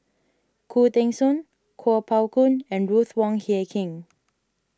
Khoo Teng Soon Kuo Pao Kun and Ruth Wong Hie King